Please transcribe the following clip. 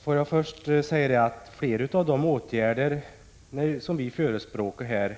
Fru talman! Flera av de åtgärder som vi här förespråkar